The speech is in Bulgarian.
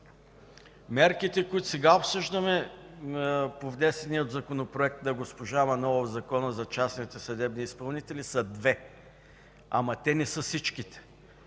Мерките, които сега обсъждаме по внесения Законопроект на госпожа Манолова в Закона за частните съдебни изпълнители, са две. Ама те не са всичките.